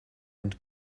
and